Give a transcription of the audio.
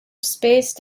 spaced